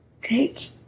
take